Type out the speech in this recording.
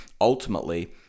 ultimately